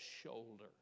shoulder